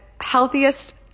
healthiest